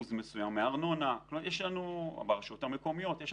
אחוז מסוים בארנונה ברשויות המקומיות.